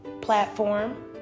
platform